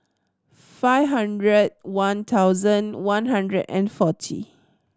five hundred one thousand one hundred and forty